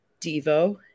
Devo